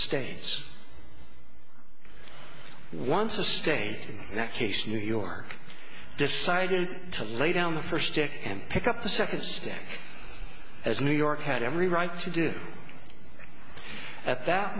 states want to stay in that case new york decided to lay down the first pick and pick up the second stick as new york had every right to do at that